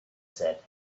said